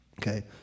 okay